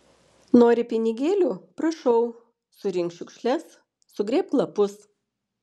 nori pinigėlių prašau surink šiukšles sugrėbk lapus